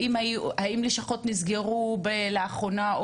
האם לשכות נסגרו לאחרונה?